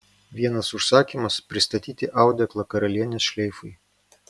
vienas užsakymas pristatyti audeklą karalienės šleifui